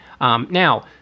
Now